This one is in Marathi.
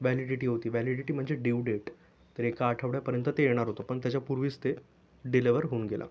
व्हॅलिडीटी होती व्हॅलिडीटी म्हणजे ड्यु डेट तर एका आठवड्यापर्यंत ते येणार होतं पण त्याच्यापूर्वीच ते डिलेव्हर होऊन गेलं